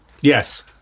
Yes